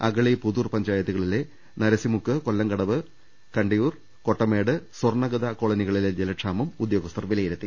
അഗളി പുതൂർ പഞ്ചായത്തുകളിലെ നരസിമുക്ക് കൊല്ലംകടവ് കണ്ടിയൂർ കൊട്ടമേട് സ്വർണഗദ കോളനികളിലെ ജലക്ഷാമം ഉദ്യോഗസ്ഥർ വിലയി രുത്തി